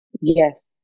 yes